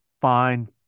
Fine